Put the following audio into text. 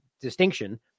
distinction